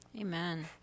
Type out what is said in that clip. amen